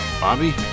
Bobby